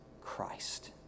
Christ